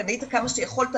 קנית כמה שיכולת,